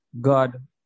God